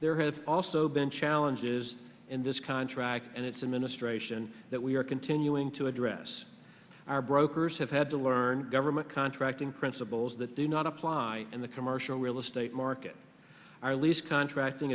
there have also been challenges in this contract and its administration that we are continuing to address our brokers have had to learn government contracting principles that do not apply in the commercial real estate market our lease contracting